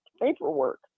paperwork